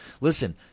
Listen